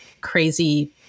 crazy